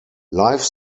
life